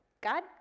God